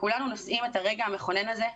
וכולנו נושאים את הרגע המכונן הזה,